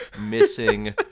Missing